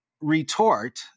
retort